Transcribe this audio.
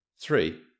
Three